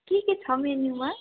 के के छ मेन्यूमा